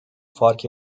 fark